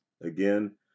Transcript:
again